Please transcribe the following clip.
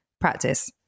practice